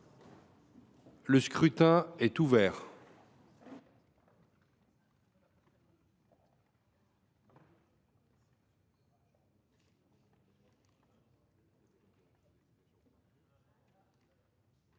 Le scrutin est ouvert.